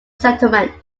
settlement